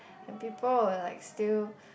and people were like still